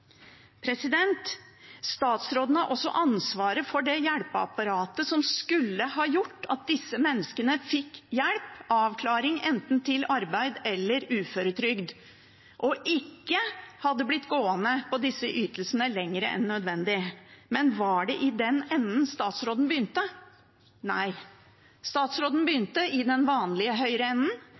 Statsråden har også ansvaret for det hjelpeapparatet som skulle ha gjort at disse menneskene fikk hjelp, avklaring til enten arbeid eller uføretrygd, og ikke ble gående på disse ytelsene lenger enn nødvendig. Men var det i den enden statsråden begynte? Nei, statsråden begynte i den vanlige